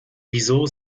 wieso